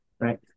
right